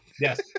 yes